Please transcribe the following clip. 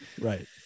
Right